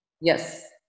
Yes